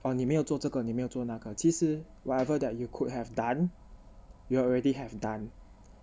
orh 你没有做这个你没有做那个其实 whatever that you could have done you already have done